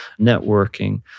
networking